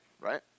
right